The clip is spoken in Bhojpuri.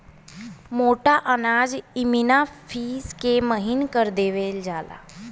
मोटा अनाज इमिना पिस के महीन कर देवल जाला